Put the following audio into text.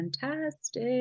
fantastic